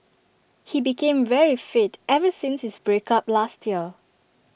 he became very fit ever since his break up last year